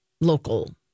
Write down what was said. local